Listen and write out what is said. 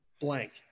blank